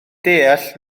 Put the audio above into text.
deall